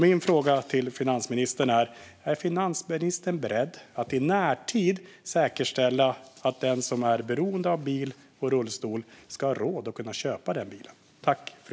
Min fråga till finansministern är: Är finansministern beredd att i närtid säkerställa att den som är beroende av bil och rullstol ska ha råd att köpa den bil man behöver?